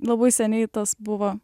labai seniai tas buvo